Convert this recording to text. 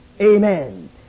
Amen